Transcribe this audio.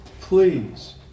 please